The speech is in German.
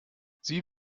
sie